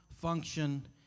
function